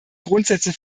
grundsätze